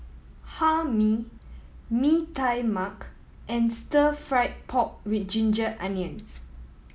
Hae Mee Mee Tai Mak and Stir Fried Pork With Ginger Onions